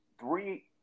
three